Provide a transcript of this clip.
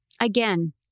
again